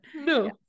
no